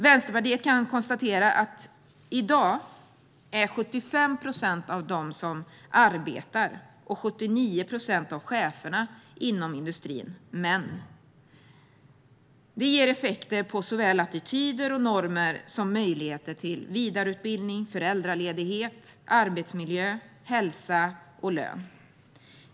Vänsterpartiet kan konstatera att 75 procent av dem som arbetar inom industrin, och 79 procent av cheferna, i dag är män. Det ger effekter på såväl attityder och normer som möjligheterna till vidareutbildning, föräldraledighet, arbetsmiljö, hälsa och lön.